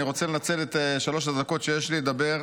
אני רוצה לנצל את שלוש הדקות שיש לי לדבר,